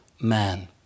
man